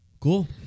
Cool